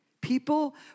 People